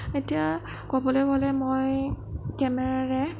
এতিয়া ক'বলৈ গ'লে মই কেমেৰাৰে